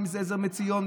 ואם זה עזר מציון,